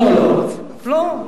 לא.